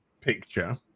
picture